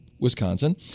Wisconsin